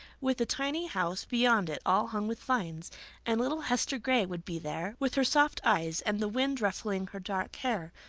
with the tiny house beyond it all hung with vines and little hester gray would be there, with her soft eyes, and the wind ruffling her dark hair,